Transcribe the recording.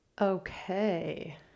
Okay